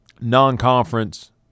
non-conference